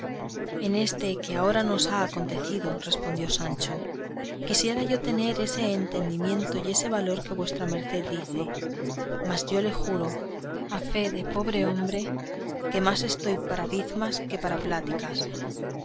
en este que ahora nos ha acontecido respondió sancho quisiera yo tener ese entendimiento y ese valor que vuestra merced dice mas yo le juro a fe de pobre hombre que más estoy para bizmas que para pláticas